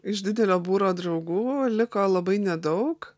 iš didelio būrio draugų liko labai nedaug